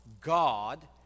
God